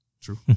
True